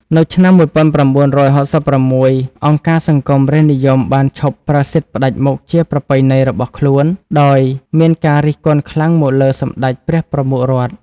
នៅឆ្នាំ ១៩៦៦ អង្គការសង្គមរាស្ត្រនិយមបានឈប់ប្រើសិទ្ធិផ្តាច់មុខជាប្រពៃណីរបស់ខ្លួន ដោយមានការរិះគន់ខ្លាំងមកលើសម្ដេចព្រះប្រមុខរដ្ឋ។